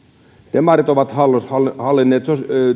demarit ovat hallinneet